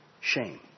shame